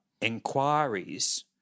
inquiries